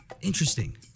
Interesting